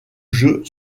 jeu